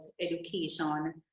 education